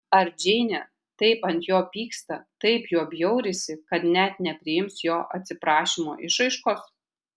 ar džeinė taip ant jo pyksta taip juo bjaurisi kad net nepriims jo atsiprašymo išraiškos